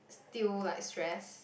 still like stress